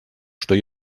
что